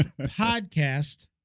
podcast